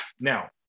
Now